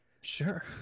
Sure